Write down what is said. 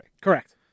Correct